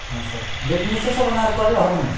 ହଁ ସାର୍ ଯଦି ମିଶେସ୍ର ନାଁରେ କରିଲେ ହେବ ନାହିଁ ସାର୍